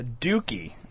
dookie